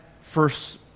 first